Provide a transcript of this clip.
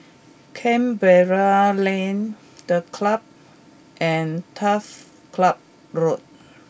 Canberra Lane The Club and Turf Ciub Road